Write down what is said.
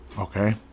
Okay